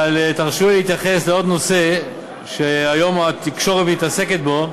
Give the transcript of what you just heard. תרשו לי להתייחס לעוד נושא שהיום התקשורת עוסקת בו,